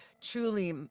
truly